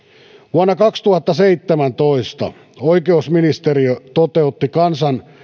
vuonna kaksituhattaseitsemäntoista oikeusministeriö toteutti kansan